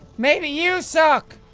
maybe you suck!